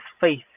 faith